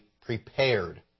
prepared